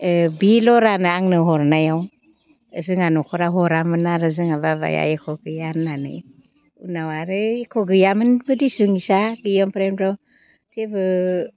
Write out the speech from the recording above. बि लरा ना आंनो हरनायाव जोंहा न'खरा हरामोन आरो जोंहा बाबाया एख' गैया होननानै उनाव आरो एख' गैयामोनबो दिसु इसा गैया ओमफ्रायथ' थेवबो